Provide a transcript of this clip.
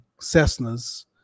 Cessnas